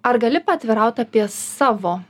ar gali paatviraut apie savo